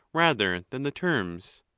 rather than the terms.